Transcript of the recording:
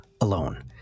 alone